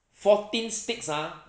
fourteen sticks ha